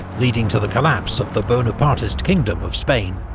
leading to the collapse of the bonapartist kingdom of spain.